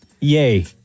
yay